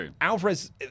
Alvarez